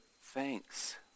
thanks